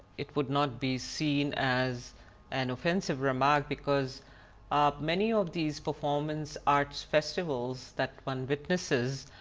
it would not be seen as an offensive remark because many of these performance art festivals that one witnesses,